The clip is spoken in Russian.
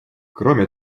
кроме